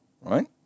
right